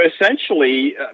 essentially